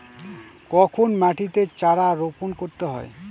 কখন মাটিতে চারা রোপণ করতে হয়?